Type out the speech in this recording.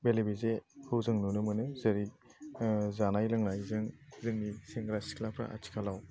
बेले बेजेखौ जों नुनो मोनो जेरै जानाय लोंनायजों जोंनि सेंग्रा सिख्लाफ्रा आथिखालाव